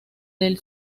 del